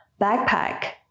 Backpack